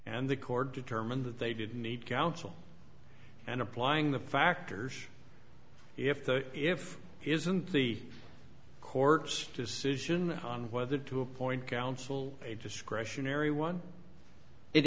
and the court determined that they did need counsel and applying the factors if the if isn't the court's decision on whether to appoint counsel a discretionary one it